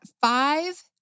five